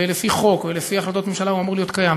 ולפי חוק ולפי החלטות ממשלה הוא אמור להיות קיים,